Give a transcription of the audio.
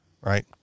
right